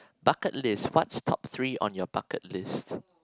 bucket list what's top three on your bucket list